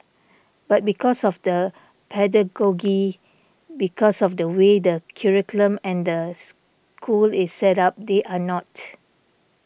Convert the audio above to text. but because of the pedagogy because of the way the curriculum and the school is set up they are not